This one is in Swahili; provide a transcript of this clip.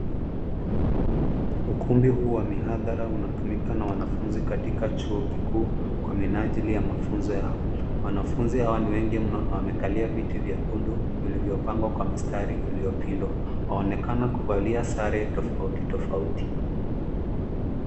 Ukumbi huu wa mihadhara unatumika na wanafunzi katika chuo kikuu, kwa minajili ya mafunzo yao. Wanafunzi hawa ni wengi mno, na wamekalia viti vyekundu vilivyopangwa kwa mistari iliyopindwa. Waonekana kuvalia sare tofauti tofauti.